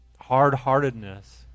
hard-heartedness